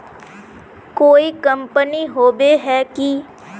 कोई कंपनी होबे है की?